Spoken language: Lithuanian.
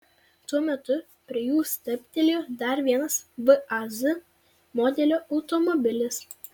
tuo metu prie jų stabtelėjo dar vienas vaz modelio automobilis